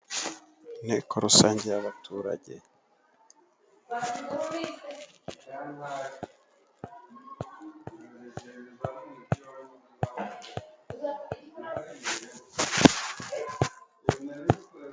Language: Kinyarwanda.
Inteko rusange y'abaturage .